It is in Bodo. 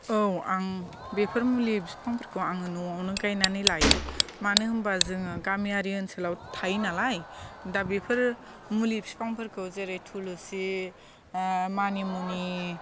औ आं बेफोर मुलि बिफांफोरखौ आङो न'आवनो गायनानै लायो मानो होमबा जोङो गामियारि ओनसोलाव थायो नालाय दा बेफोरो मुलि बिफांफोरखौ जेरै थुलुसि मानि मुनि